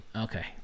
okay